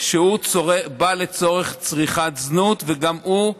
שהוא בא לצורך צריכת זנות, וגם הוא,